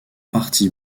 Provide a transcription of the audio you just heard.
partie